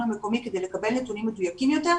המקומי כדי לקבל נתונים מדויקים יותר,